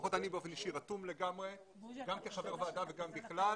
לפחות אני באופן אישי רתום לגמרי גם כחבר ועדה וגם בכלל.